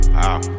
wow